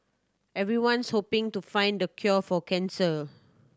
everyone's hoping to find the cure for cancer